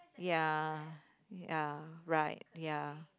ya ya right ya